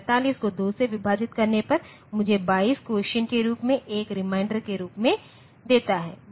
45को 2 से विभाजित करने पर मुझे 22 कोसिएंट के रूप में 1 रिमाइंडर के रूप में देता है